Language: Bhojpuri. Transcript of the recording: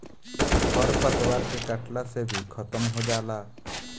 खर पतवार के कटला से भी खत्म हो जाला